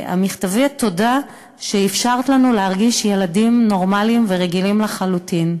מכתבים של: תודה שאפשרת לנו להרגיש ילדים נורמליים ורגילים לחלוטין.